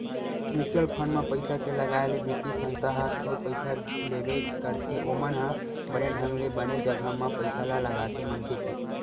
mutual fund म पइसा के लगाए ले बित्तीय संस्था ह थोर पइसा लेबे करथे ओमन ह बने ढंग ले बने जघा म पइसा ल लगाथे मनखे के